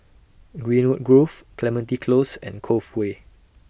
Greenwood Grove Clementi Close and Cove Way